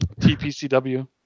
TPCW